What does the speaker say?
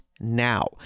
Now